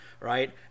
right